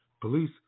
police